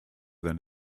than